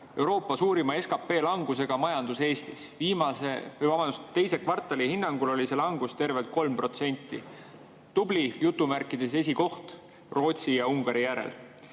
Euroopa suurima SKP langusega majandus Eestis. Viimase või, vabandust, teise kvartali hinnangul oli see langus tervelt 3%. "Tubli" esikoht Rootsi ja Ungari järel.